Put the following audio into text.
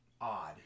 odd